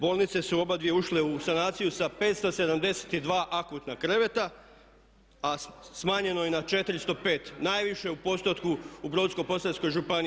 Bolnice su obadvije ušle u sanaciju sa 572 akutna kreveta, a smanjeno je na 405 najviše u postotku u Brodsko-posavskoj županiji.